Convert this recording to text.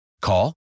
Call